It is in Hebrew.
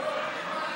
חוק ומשפט נתקבלה.